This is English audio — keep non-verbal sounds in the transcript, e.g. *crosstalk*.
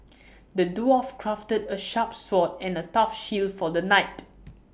*noise* the dwarf crafted A sharp sword and A tough shield for the knight